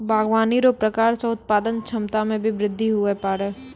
बागवानी रो प्रकार से उत्पादन क्षमता मे बृद्धि हुवै पाड़ै